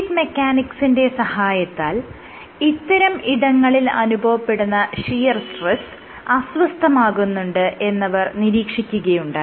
fluid മെക്കാനിക്സിന്റെ സഹായത്താൽ ഇത്തരം ഇടങ്ങളിൽ അനുഭവപ്പെടുന്ന ഷിയർ സ്ട്രെസ്സ് അസ്വസ്ഥമാകുന്നുണ്ട് എന്നവർ നിരീക്ഷിക്കുകയുണ്ടായി